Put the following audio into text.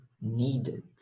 needed